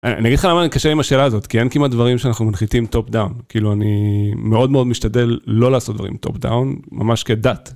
אני אגיד לך למה אני קשה עם השאלה הזאת, כי אין כמעט דברים שאנחנו מנחיתים טופ דאון. כאילו אני מאוד מאוד משתדל לא לעשות דברים טופ דאון, ממש כדת.